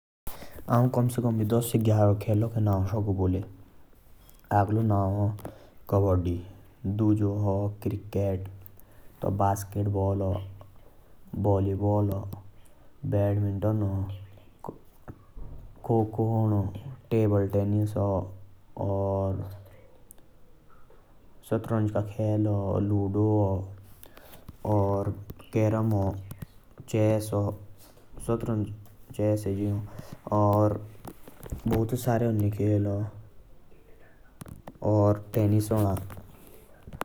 औ कम से कम दस से बरो खलो के नौ साकु बुले। अगलों नौ कब्बड़ी दुगो अ क्रिकेट तिगो अ बास्केटबॉल बल्लि बॉल अ बैडमिंटन अ खो खो टेबलेट टेनिस अ शतरंज अ लूडो अ।